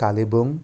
Kalimpong